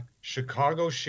Chicago